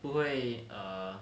不会 err